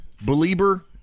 believer